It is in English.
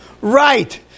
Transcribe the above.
Right